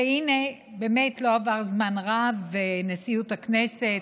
והינה, באמת לא עבר זמן רב ונשיאות הכנסת